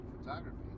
Photography